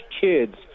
kids